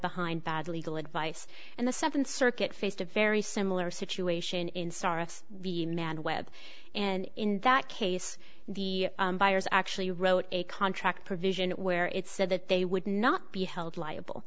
behind bad legal advice and the seventh circuit faced a very similar situation in star s the man webb and in that case the buyers actually wrote a contract provision where it said that they would not be held liable